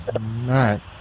right